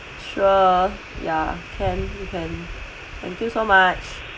sure ya can can thank you so much